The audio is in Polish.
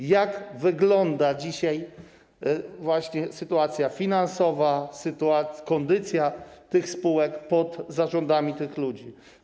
A jak wygląda dzisiaj właśnie sytuacja finansowa, kondycja tych spółek pod zarządami tych ludzi?